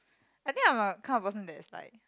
I think I'm a kind of person that's like